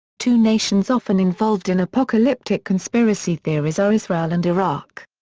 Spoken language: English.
two nations often involved in apocalyptic conspiracy theories are israel and iraq.